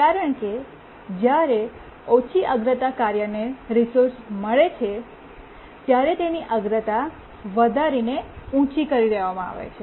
કારણ કે જ્યારે ઓછી અગ્રતા કાર્યને જ્યારે રિસોર્સ મળે છે ત્યારે તેની અગ્રતા વધારી ને ઉંચી કરી દેવામાં આવે છે